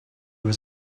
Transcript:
was